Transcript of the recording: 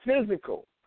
Physical